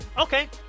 Okay